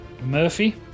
Murphy